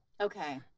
Okay